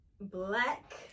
black